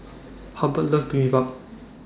Halbert loves Bibimbap